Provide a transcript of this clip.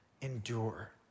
endure